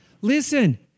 Listen